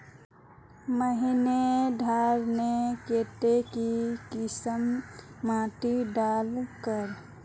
महीन धानेर केते की किसम माटी डार कर?